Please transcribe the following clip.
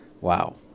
wow